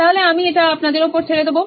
তাহলে আমি এটা আপনাদের উপর ছেড়ে দেব